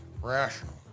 rational